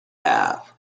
have